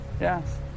Yes